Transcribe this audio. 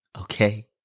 Okay